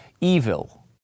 evil